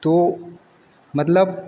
तो मतलब